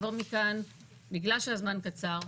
בגלל שהזמן קצר,